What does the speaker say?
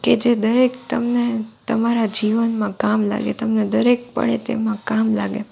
કે જે દરેક તમને તમારા જીવનમાં કામ લાગે તમને દરેક પળે તેમાં કામ લાગે